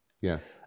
Yes